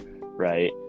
right